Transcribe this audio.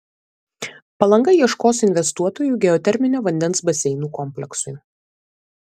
palanga ieškos investuotojų geoterminio vandens baseinų kompleksui